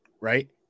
right